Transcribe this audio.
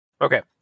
Okay